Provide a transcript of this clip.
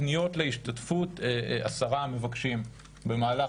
הפניות להשתתפות עשרה מבקשים במהלך